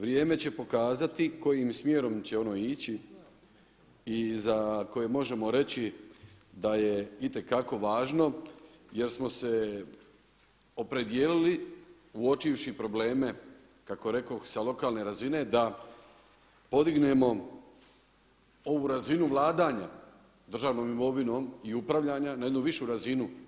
Vrijeme će pokazati kojim smjerom će ono ići i za koje možemo reći da je itekako važno jer smo se opredijelili uopćivši probleme kako rekoh sa lokalne razine da podignemo ovu razinu vladanja državnom imovinom i upravljanja na jednu višu razinu.